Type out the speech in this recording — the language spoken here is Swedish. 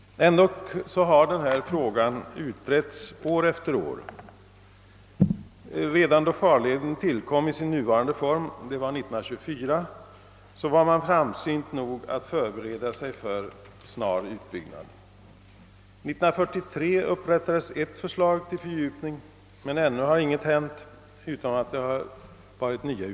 Ändå har denna fråga utretts år efter år. Redan då farleden tillkom i den nuvarande formen, det var år 1924, var man framsynt nog att förbereda sig för snar utbyggnad. År 1943 upprättades ett förslag till fördjupning, men ännu har inget annat hänt än att nya utredningar tillsatts.